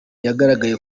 yagaragaje